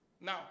Now